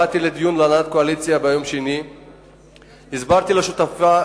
באתי לדיון של הנהלת הקואליציה ביום שני והסברתי לשותפים,